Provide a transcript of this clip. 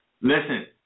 Listen